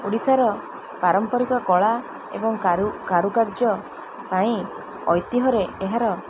ଓଡ଼ିଶାର ପାରମ୍ପରିକ କଳା ଏବଂ କାରୁ କାରୁକାର୍ଯ୍ୟ ପାଇଁ ଐତିହରେ ଏହାର